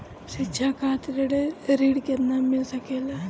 शिक्षा खातिर ऋण केतना मिल सकेला?